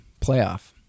playoff